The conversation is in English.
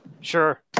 Sure